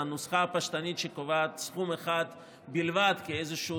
הנוסחה הפשטנית שקובעת סכום אחד בלבד כאיזושהי